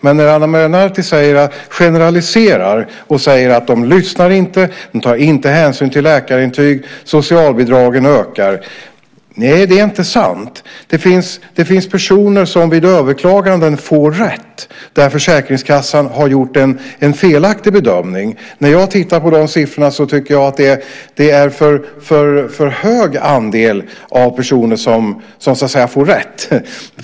Ana Maria Narti generaliserar och säger att de inte lyssnar, att de inte tar hänsyn till läkarintyg och att socialbidragen ökar. Nej, det är inte sant. Det finns personer som får rätt vid överklaganden därför att Försäkringskassan har gjort en felaktig bedömning. När jag tittar på de siffrorna tycker jag att andelen personer som får rätt är för hög.